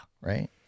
Right